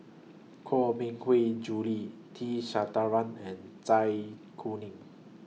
Koh Mui Hiang Julie T Sasitharan and Zai Kuning